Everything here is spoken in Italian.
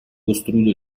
costruito